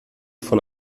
von